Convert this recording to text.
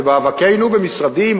במאבקינו במשרדי עם,